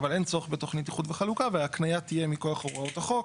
אבל אין צורך בתוכנית איחוד וחלוקה וההקניה תהיה מכוח הוראות החוק.